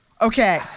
Okay